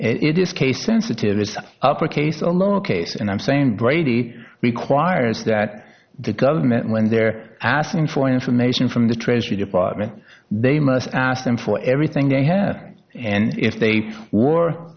it is case sensitive this upper case a lower case and i'm saying brady requires that the government when they're asking for information from the treasury department they must ask them for everything they have and if they wore